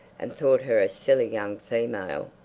and thought her a silly young female.